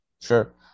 sure